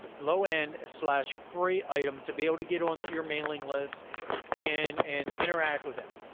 low-end slash free item to be able to get onto your mailing list and and interact with them.